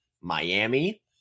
Miami